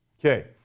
Okay